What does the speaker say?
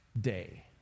day